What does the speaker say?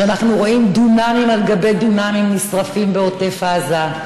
כשאנחנו רואים דונמים על גבי דונמים נשרפים בעוטף עזה,